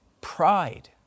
pride